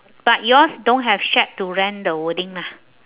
but yours don't have shack to rent the wording lah